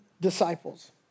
disciples